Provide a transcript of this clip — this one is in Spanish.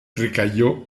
recayó